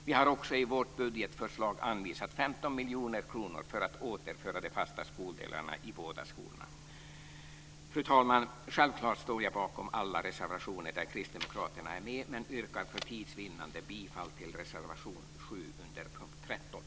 Vi har också i vårt budgetförslag anvisat 15 miljoner kronor för att återföra de fasta skoldelarna i de båda skolorna. Fru talman! Självklart står jag bakom alla reservationer där kristdemokraterna är med, men jag yrkar för tids vinnande bifall till reservation 7 under punkt